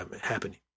happening